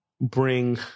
bring